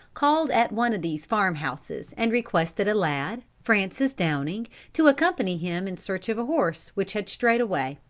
called at one of these farm-houses and requested a lad, francis downing, to accompany him in search of a horse, which had strayed away.